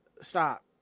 Stop